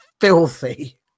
filthy